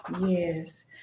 Yes